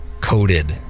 coated